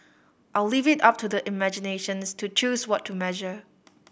I'll leave it up to their imaginations to choose what to measure